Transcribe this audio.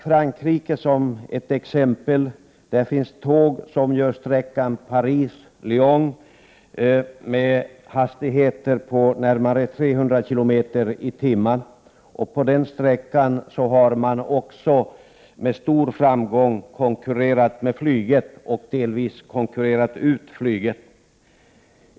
Frankrike är ett exempel. Där finns det tåg som avverkar sträckan Paris-Lyon med hastigheter på upp till 300 kilometer i timmen. På den sträckan har man också med stor framgång konkurrerat med flyget, vilket man också i viss mån har konkurrerat ut.